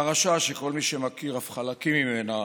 פרשה שכל מי שמכיר אף חלקים ממנה